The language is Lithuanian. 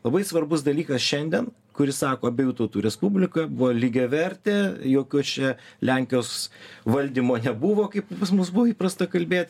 labai svarbus dalykas šiandien kuris sako abiejų tautų respublika buvo lygiavertė jokios čia lenkijos valdymo nebuvo kaip pas mus buvo įprasta kalbėt